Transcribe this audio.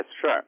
sure